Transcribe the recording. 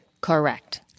Correct